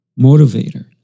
motivator